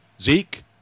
Zeke